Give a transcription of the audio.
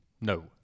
No